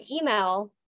email